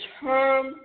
term